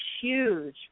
huge